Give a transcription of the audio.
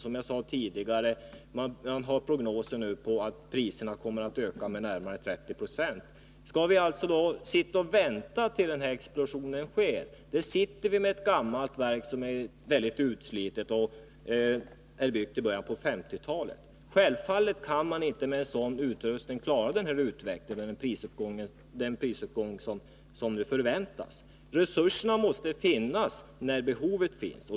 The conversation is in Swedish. Som jag sade tidigare, har man nu prognoser som går ut på att priserna kommer att öka med närmare 30 96. Skall vi alltså sitta och vänta tills den explosionen sker? Vi har ett gammalt verk som är utslitet — verket byggdes i början av 1950-talet. Självfallet kan ett sådant verk inte klara sig vid den prisuppgång som nu förväntas. Resurserna måste finnas när behovet finns.